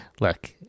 Look